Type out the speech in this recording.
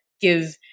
give